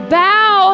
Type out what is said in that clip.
bow